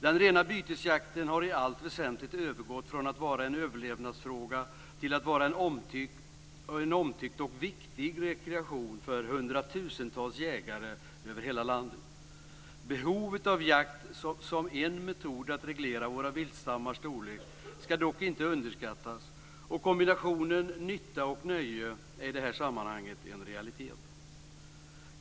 Den rena bytesjakten har i allt väsentligt övergått från att vara en överlevnadsfråga till att vara en omtyckt och viktig rekreation för hundratusentals jägare över hela landet. Behovet av jakt som metod för att reglera våra viltstammars storlek ska inte underskattas, men en kombination av nytta och nöje är i detta sammanhang en realitet.